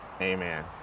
amen